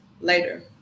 later